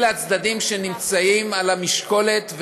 אלה הצדדים שנמצאים על המשקולת,